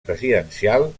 presidencial